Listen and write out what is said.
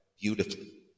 beautifully